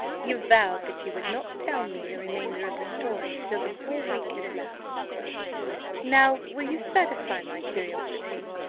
you vowed that you would not tell me the remainder of the story till the whole week had elapsed now will you satisfy my curiosity?